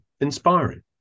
inspiring